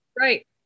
Right